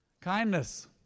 Kindness